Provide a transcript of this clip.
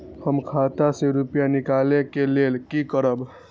हम खाता से रुपया निकले के लेल की करबे?